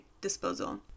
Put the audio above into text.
disposal